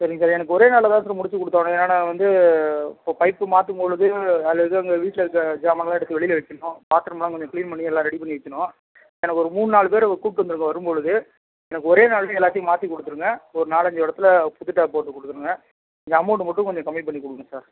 சரிங்க சார் எனக்கு ஒரே நாளில் தான் சார் முடிச்சு கொடுத்தாகணும் ஏன்னா நான் வந்து இப்போ பைப்பு மாற்றும்பொழுது அந்த இதை அந்த வீட்டில் இருக்க ஜாமானெல்லாம் எடுத்து வெளியில் வைக்கணும் பாத்ரூமெல்லாம் கொஞ்சம் க்ளீன் பண்ணி எல்லாம் ரெடி பண்ணி வைக்கணும் எனக்கு ஒரு மூணு நாலு பேரு கூப்பிட்டு வந்துடுங்க வரும்பொழுது எனக்கு ஒரே நாள்லேயே எல்லாத்தையும் மாற்றிக் குடுத்துடுங்க ஒரு நாலஞ்சு இடத்துல புது டேப் போட்டுக் குடுத்துடுங்க கொஞ்சம் அமௌண்ட்டு மட்டும் கொஞ்சம் கம்மி பண்ணிக் கொடுங்க சார்